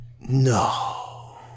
No